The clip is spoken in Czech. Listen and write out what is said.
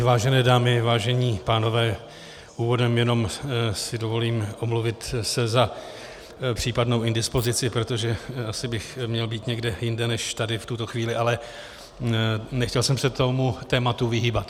Vážené dámy, vážení pánové, úvodem si jenom dovolím omluvit se za případnou indispozici, protože asi bych měl být někde jinde než tady v tuto chvíli, ale nechtěl jsem se tomu tématu vyhýbat.